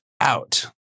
out